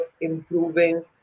improving